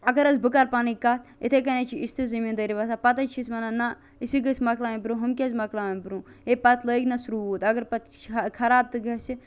اگر حظ بہٕ کَرٕ پَنن کتھ اِتھے کنۍ حظ چھِ أسۍ تہِ زمیٖندٲری وَسان پَتہٕ حظ چھِ أسۍ وَنان نہ أسۍ گٔژھ موٚقلاون برونٛہہ ہُم کیاز موٚقلاوَن برونٛہہ ہے پَتہٕ لٲگۍ نَس روٗد اگر پَتہٕ خَراب تہِ گَژھِ